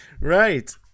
Right